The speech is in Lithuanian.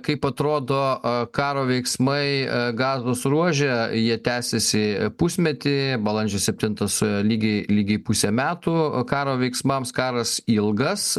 kaip atrodo karo veiksmai gazos ruože jie tęsiasi pusmetį balandžio septintą suėjo lygiai lygiai puse metų karo veiksmams karas ilgas